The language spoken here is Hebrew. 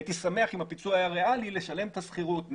הייתי שמח אם הפיצוי היה ריאלי כדי לשלם את השכירות,